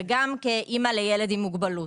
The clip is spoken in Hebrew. גם כאימא לילד עם מוגבלות,